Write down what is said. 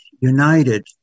united